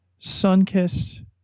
Sunkissed